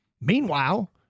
Meanwhile